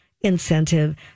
incentive